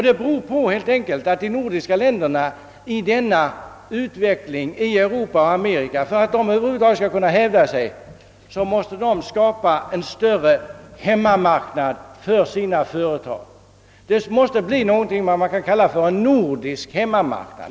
Det beror helt enkelt på att de nordiska länderna, för att över huvud taget kunna hävda sig i den uteckling som försiggår i Europa och Amerika, måste skapa en större hemmamarknad för sina företag. Det måste bli något av en nordisk hemmamarknad.